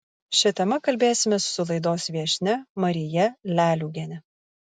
šia tema kalbėsimės su laidos viešnia marija leliugiene